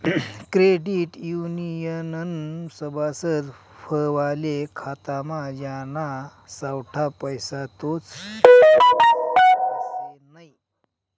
credit युनियननं सभासद व्हवाले खातामा ज्याना सावठा पैसा तोच रहास आशे नै